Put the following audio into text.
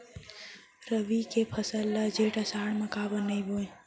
रबि के फसल ल जेठ आषाढ़ म काबर नही बोए?